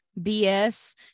BS